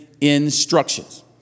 instructions